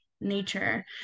nature